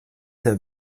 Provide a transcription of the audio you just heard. sehr